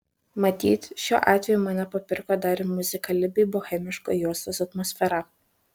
matyt šiuo atveju mane papirko dar ir muzikali bei bohemiška juostos atmosfera